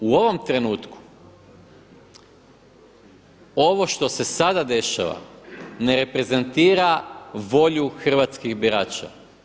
U ovom trenutku ovo što se sada dešava ne reprezentira volju hrvatskih birača.